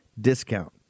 discount